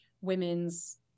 women's